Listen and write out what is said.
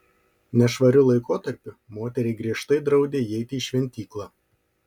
nešvariu laikotarpiu moteriai griežtai draudė įeiti į šventyklą